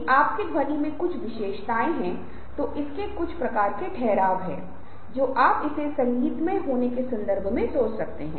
यह आवेग बहुत आम है और बहुत बार हम दूसरे व्यक्ति के साथ अधीर हो जाते हैं हम शायद ही दूसरे व्यक्ति को अपनी कहानी शुरू करने का मौका देते हैं